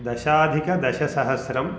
दशाधिकदशसहस्रं